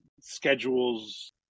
schedules